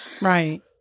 right